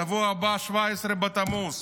בשבוע הבא 17 בתמוז,